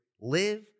live